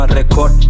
record